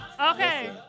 Okay